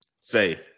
Say